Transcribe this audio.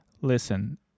listen